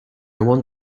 want